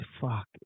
Fuck